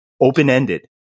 open-ended